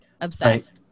Obsessed